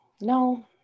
No